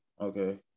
Okay